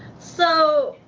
so,